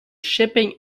shipping